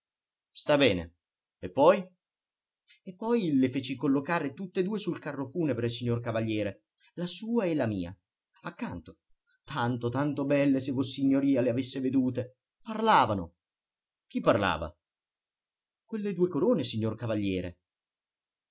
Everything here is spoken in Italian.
sta bene e poi e poi le feci collocare tutte e due sul carro funebre signor cavaliere la sua e la mia accanto tanto tanto belle se vossignoria le avesse vedute parlavano chi parlava quelle due corone signor cavaliere